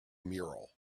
mural